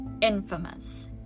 infamous